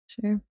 Sure